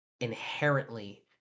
inherently